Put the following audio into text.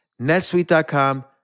netsuite.com